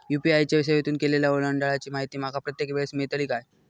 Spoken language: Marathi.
यू.पी.आय च्या सेवेतून केलेल्या ओलांडाळीची माहिती माका प्रत्येक वेळेस मेलतळी काय?